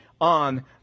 on